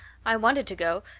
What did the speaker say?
i wanted to go,